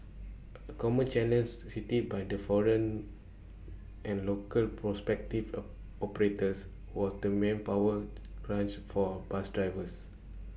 A common cited by the foreign and local prospective operators were to manpower crunch for bus drivers